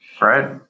Right